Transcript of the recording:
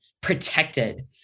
protected